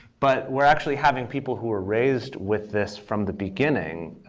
but we're actually having people who were raised with this from the beginning,